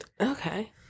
Okay